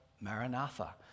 maranatha